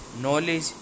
knowledge